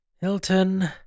Hilton